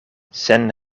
sen